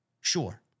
Sure